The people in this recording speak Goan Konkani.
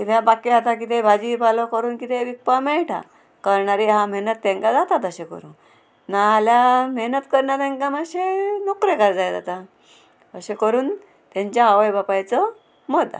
कित्या बाकी आतां किदें भाजी पालो करून कितें विकपा मेळटा करणारे आहा मेहनत तेंकां जाता तशें करूंक ना जाल्यार मेहनत करना तेंकां मातशें नोकरेकार जाय जाता अशें करून तेंच्या आवय बापायचो मत आहा